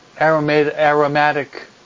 aromatic